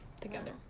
together